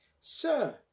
Sir